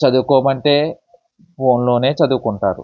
చదువుకోము అంటే ఫోన్లోనే చదువుకుంటారు